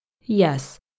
Yes